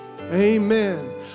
amen